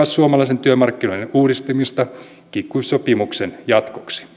suomalaisten työmarkkinoiden uudistamista kiky sopimuksen jatkoksi kilpailu globaaleilla